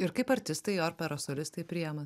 ir kaip artistai operos solistai priėma